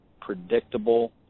predictable